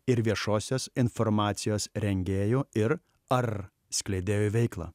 ir viešosios informacijos rengėjų ir ar skleidėjų veiklą